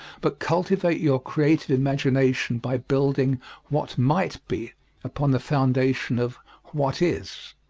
but cultivate your creative imagination by building what might be upon the foundation of what is.